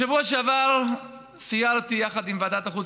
בשבוע שעבר סיירתי יחד עם ועדת החוץ